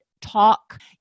talk